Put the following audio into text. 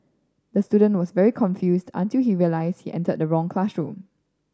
the student was very confused until he realised he entered the wrong classroom